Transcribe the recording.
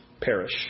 perish